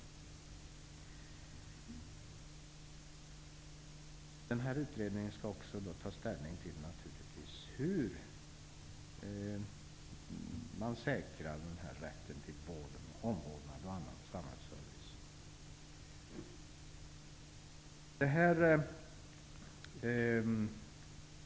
Denna utredning skall naturligtvis också ta ställning till hur man säkrar rätten till omvårdnad och annan samhällsservice.